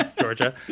Georgia